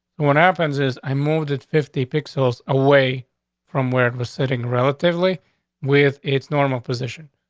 when athens is, i moved it fifty pixels away from where it was sitting relatively with its normal position.